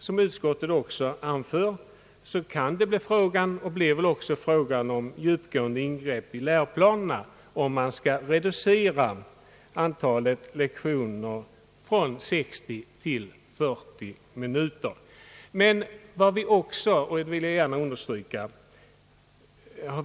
Som utskottet också anför kan det bli fråga om och blir väl också fråga om djupgående ingrepp i läroplanerna, om man skall reducera lektionstiden från 60 till 40 minuter.